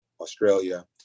Australia